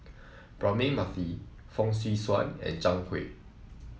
Braema Mathi Fong Swee Suan and Zhang Hui